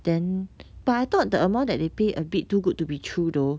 then but I thought the amount that they pay a bit too good to be true though